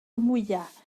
mwyaf